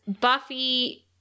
Buffy